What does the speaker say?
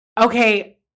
okay